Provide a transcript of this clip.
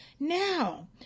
Now